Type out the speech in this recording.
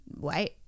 wait